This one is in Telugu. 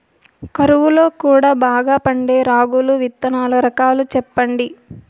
కరువు లో కూడా బాగా పండే రాగులు విత్తనాలు రకాలు చెప్పండి?